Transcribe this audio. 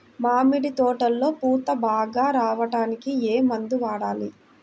మామిడి తోటలో పూత బాగా రావడానికి ఏ మందు వాడాలి?